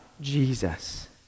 Jesus